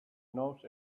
knows